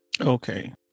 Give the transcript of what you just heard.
okay